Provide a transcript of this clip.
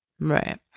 Right